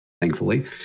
thankfully